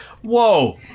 Whoa